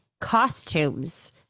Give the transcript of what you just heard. costumes